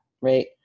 right